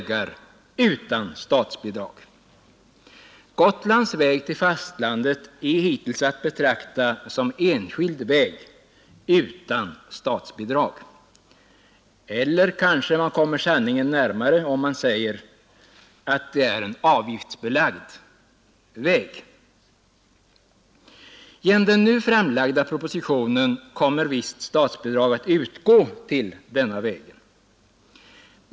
Gotlands väg till fastlandet är hittills att betrakta som enskild väg utan statsbidrag. Eller kanske man kommer sanningen närmare om man säger att det är en avgiftsbelagd väg. Genom den nu framlagda propositionen kommer visst statsbidrag att utgå till denna väg.